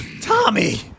Tommy